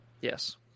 Yes